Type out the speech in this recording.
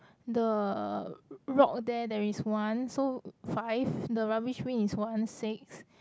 the rock there there is one so five the rubbish bin is one six